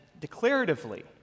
declaratively